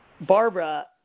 Barbara